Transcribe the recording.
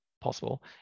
possible